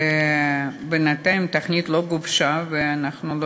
בינתיים התוכנית לא גובשה ואנחנו לא